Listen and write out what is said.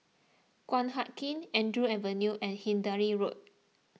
Guan Huat Kiln Andrews Avenue and Hindhede Road